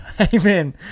amen